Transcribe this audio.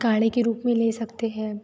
काढ़े के रूप में ले सकते हैं